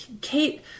Kate